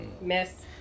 Miss